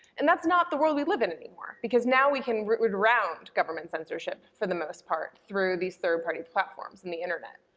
and that's not the world we live in anymore because now we can route route around government censorship for the most part, through these third party platforms in the internet,